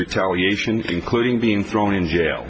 retaliation including being thrown in jail